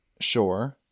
Sure